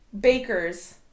bakers